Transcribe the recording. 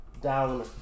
down